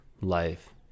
life